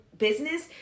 Business